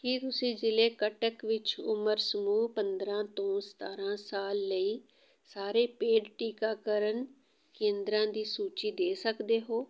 ਕੀ ਤੁਸੀਂ ਜ਼ਿਲ੍ਹੇ ਕਟਕ ਵਿੱਚ ਉਮਰ ਸਮੂਹ ਪੰਦਰਾਂ ਤੋਂ ਸਤਾਰਾਂ ਸਾਲ ਲਈ ਸਾਰੇ ਪੇਡ ਟੀਕਾਕਰਨ ਕੇਂਦਰਾਂ ਦੀ ਸੂਚੀ ਦੇ ਸਕਦੇ ਹੋ